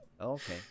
okay